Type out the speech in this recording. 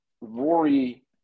rory